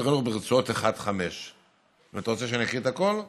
החינוך ברצועות 1 5. אתה רוצה שאני אקריא את הכול?